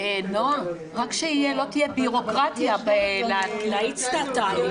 --- רק שלא תהיה בירוקרטיה, להאיץ את התהליך.